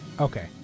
Okay